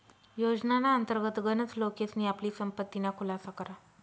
योजनाना अंतर्गत गनच लोकेसनी आपली संपत्तीना खुलासा करा